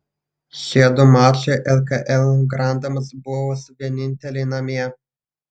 šie du mačai lkl grandams bus vieninteliai namie